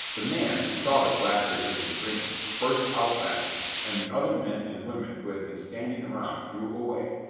the man, who saw that blackbeard had been drinking, burst out laughing, and the other men and women who had been standing around drew away,